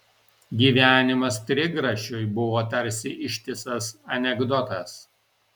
gyvenimas trigrašiui buvo tarsi ištisas anekdotas